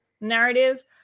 narrative